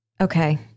Okay